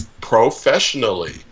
professionally